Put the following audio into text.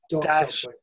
dash